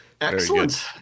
Excellent